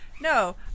No